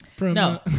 No